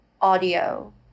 audio